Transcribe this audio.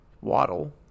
Waddle